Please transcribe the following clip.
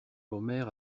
omer